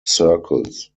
circles